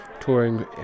touring